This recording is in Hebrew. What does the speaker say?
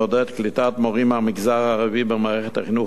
מעודד קליטת מורים מהמגזר הערבי במערכת החינוך